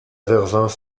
vervins